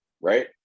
right